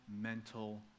mental